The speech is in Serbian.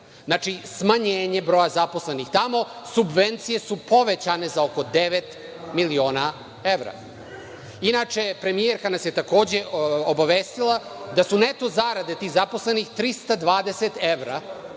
Znači, smanjenje broja zaposlenih tamo, subvencije su povećane oko devet miliona evra. Inače, premijerka nas je takođe obavestila da su neto zarade tih zaposlenih 320 evra